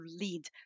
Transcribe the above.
lead